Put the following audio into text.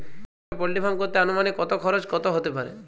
একটা ছোটো poultry farm করতে আনুমানিক কত খরচ কত হতে পারে?